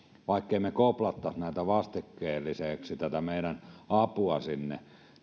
vaikkemme koplaisi vastikkeelliseksi tätä meidän apuamme sinne